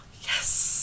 yes